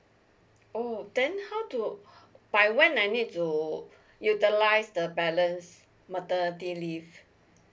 oh then how do uh by when I need to utilize the balance maternity leave